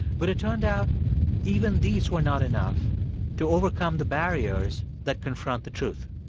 but it turned out even these were not enough to overcome the barriers that confront the truth